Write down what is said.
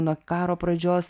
nuo karo pradžios